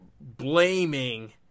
blaming